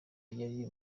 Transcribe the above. yari